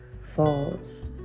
falls